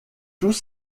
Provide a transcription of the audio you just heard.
tous